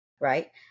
Right